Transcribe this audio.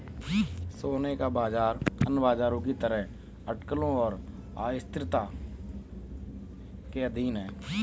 सोने का बाजार अन्य बाजारों की तरह अटकलों और अस्थिरता के अधीन है